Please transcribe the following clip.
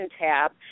tab